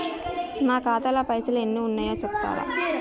నా ఖాతా లా పైసల్ ఎన్ని ఉన్నాయో చెప్తరా?